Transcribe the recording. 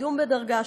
קידום בדרגה,